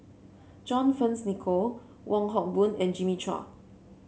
John Fearns Nicoll Wong Hock Boon and Jimmy Chua